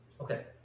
Okay